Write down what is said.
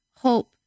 hope